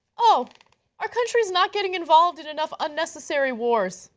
ah our country is not getting involved in enough unnecessary wars,